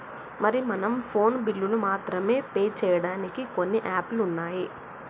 మరి మనం ఫోన్ బిల్లులు మాత్రమే పే చేయడానికి కొన్ని యాప్లు ఉన్నాయి